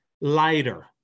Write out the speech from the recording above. lighter